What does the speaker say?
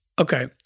Okay